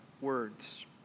words